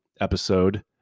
episode